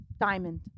diamond